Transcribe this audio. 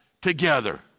together